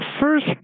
first